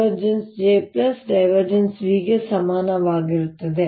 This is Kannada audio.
V ಗೆ ಸಮಾನವಾಗಿರುತ್ತದೆ